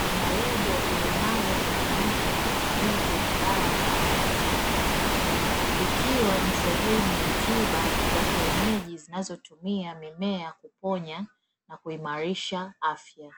linalebo inayoonyesha matumizi ya dawa za asili, likiwa ni sehemu ya tiba za kienyeji zinazotumia mimea kuponya na kuimarisha afya.